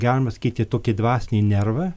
galima sakyti tokį dvasinį nervą